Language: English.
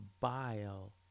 bile